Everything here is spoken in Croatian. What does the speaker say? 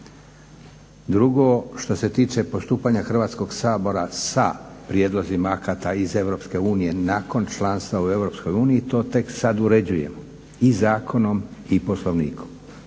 Drugo, što se tiče postupanja Hrvatskog sabora sa prijedlozima akata iz EU nakon članstva u EU to tek sada uređujemo i zakonom i Poslovnikom